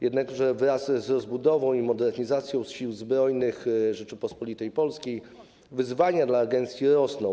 Jednakże wraz z rozbudową i modernizacją Sił Zbrojnych Rzeczypospolitej Polskiej wyzwania dla agencji rosną.